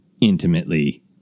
intimately